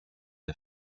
der